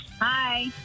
Hi